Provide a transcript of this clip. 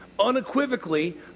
unequivocally